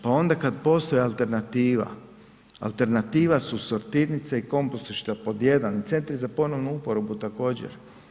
Pa onda kad postoji alternativa, alternativa su sortirnice i kompostišta pod jedan, centri za ponovnu uporabu također.